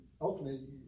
ultimately